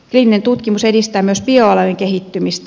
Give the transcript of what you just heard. kliininen tutkimus edistää myös bioalojen kehittymistä